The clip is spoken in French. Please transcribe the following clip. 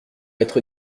être